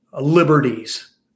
liberties